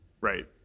right